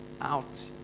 out